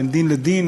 בין דין לדין,